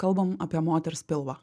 kalbam apie moters pilvą